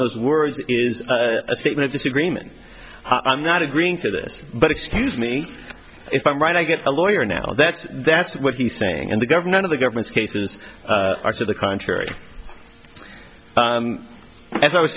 those words is a statement of disagreement i'm not agreeing to this but excuse me if i'm right i get a lawyer now that's that's what he's saying and the government of the government's case is to the contrary as i was